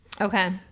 okay